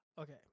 Okay